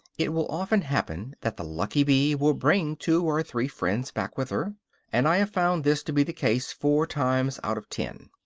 it will often happen that the lucky bee will bring two or three friends back with her and i have found this to be the case four times out of ten.